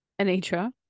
Anitra